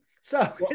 So-